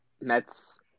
Mets